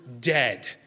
dead